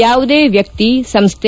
ಯಾವುದೇ ವ್ಯಕ್ತಿ ಸಂಸ್ಥೆ